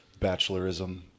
bachelorism